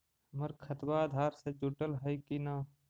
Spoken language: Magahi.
हमर खतबा अधार से जुटल हई कि न?